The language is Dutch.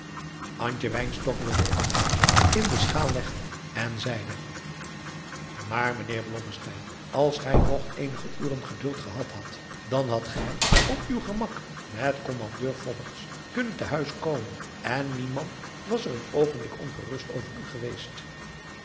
wilde ook een loodje in de schaal liggen en zeide maar mijnheer blommesteyn als gij nog eenige uren geduld gehad hadt dan hadt gij op uw gemak met kommandeur fobberts kunnen te huis komen en niemand was'er een oogenblik ongerust over u geweest